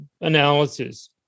analysis